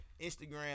Instagram